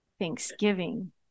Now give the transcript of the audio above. Thanksgiving